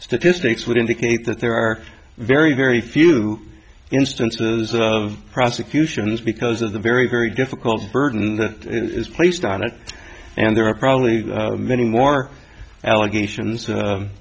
statistics would indicate that there are very very few instances of prosecutions because of the very very difficult burden that is placed on it and there are probably many more allegations